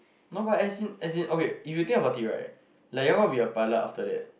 no but as in as in okay if you think about it right like you are going to be a pilot after that